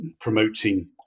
promoting